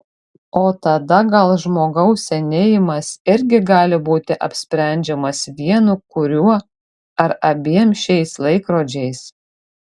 o tada gal žmogaus senėjimas irgi gali būti apsprendžiamas vienu kuriuo ar abiem šiais laikrodžiais